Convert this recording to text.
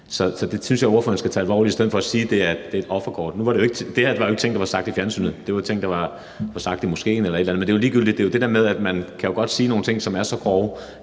Så det synes jeg at ordføreren skal tage alvorligt, i stedet for at sige, at det er et offerkort. Det her var jo ikke ting, der blev sagt i fjernsynet; det var ting, der blev sagt i moskéen eller et eller andet. Men det er ligegyldigt. Det er jo det der med, at der godt kan blive sagt nogle ting, som er så grove,